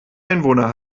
einwohner